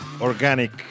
organic